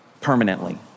permanently